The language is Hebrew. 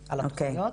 התוכנית.